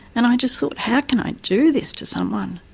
and i just thought how can i do this to someone,